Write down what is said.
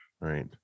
right